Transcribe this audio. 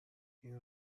این